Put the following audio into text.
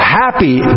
happy